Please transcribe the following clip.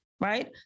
Right